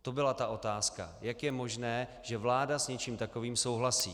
To byla ta otázka: Jak je možné, že vláda s něčím takovým souhlasí?